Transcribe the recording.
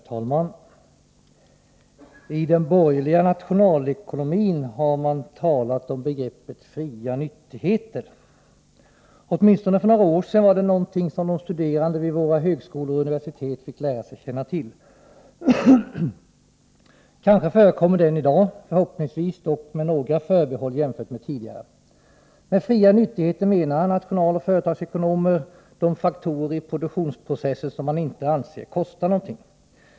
Herr talman! I den borgerliga nationalekonomin talas det om begreppet ”fria nyttigheter”. Åtminstone för några år sedan var det någonting de studerande vid våra högskolor och universitet fick lära sig känna till. Kanske förekommer det än i dag, förhoppningsvis dock med några förbehåll jämfört med tidigare. Med fria nyttigheter menar nationaloch företagsekonomer de faktorer i produktionsprocessen som man inte anser kostar någonting.